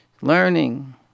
learning